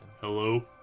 Hello